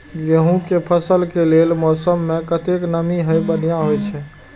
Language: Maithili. गेंहू के फसल के लेल मौसम में कतेक नमी हैब बढ़िया होए छै?